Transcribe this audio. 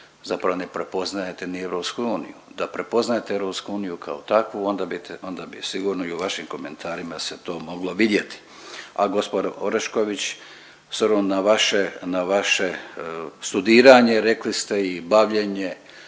zapravo ne prepoznajete ni EU, da prepoznajete EU kao takvu onda bi sigurno i u vašim komentarima se to moglo vidjeti. A gđo. Orešković s obzirom na vaše, na vaše studiranje, rekli ste i bavljenje